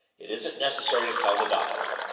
it isn't necessary to tell the doctor.